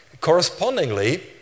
Correspondingly